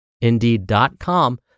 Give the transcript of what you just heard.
indeed.com